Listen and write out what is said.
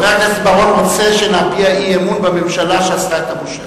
חבר הכנסת בר-און רוצה שנביע אי-אמון בממשלה שעשתה את הבושה.